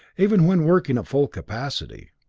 even when working at full capacity,